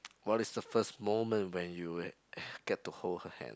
what is the first moment when you eh get to hold her hand